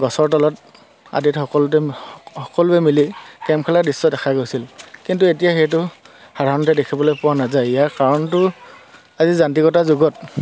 গছৰ তলত আদিত সকলোতে সকলোৱে মিলি কেৰম খেলাৰ দৃশ্য দেখা গৈছিল কিন্তু এতিয়া সেইটো সাধাৰণতে দেখিবলৈ পোৱা নাযায় ইয়াৰ কাৰণটো আজি যান্ত্ৰিকতাৰ যুগত